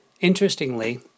Interestingly